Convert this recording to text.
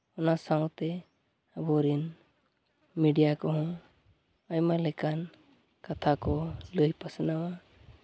ᱚᱱᱟ ᱥᱟᱶᱛᱮ ᱟᱵᱚᱨᱤᱱ ᱢᱤᱰᱤᱭᱟ ᱠᱚᱦᱚᱸ ᱟᱭᱢᱟ ᱞᱮᱠᱟᱱ ᱠᱟᱛᱷᱟ ᱠᱚ ᱞᱟᱹᱭ ᱯᱟᱥᱱᱟᱣᱟ